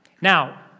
Now